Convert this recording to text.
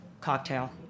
Cocktail